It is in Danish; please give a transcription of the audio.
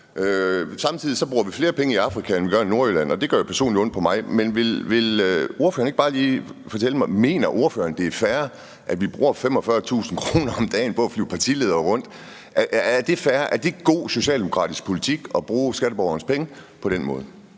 Samtidig bruger vi flere penge i Afrika, end vi gør i Nordjylland, og det gør ondt på mig rent personligt. Men vil ordføreren ikke bare lige fortælle mig, om ordføreren mener, det er fair, at vi bruger 45.000 kr. om dagen på at flyve partiledere rundt? Er det fair? Er det god socialdemokratisk politik at bruge skatteborgernes penge på den måde?